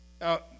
Now